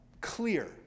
clear